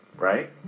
right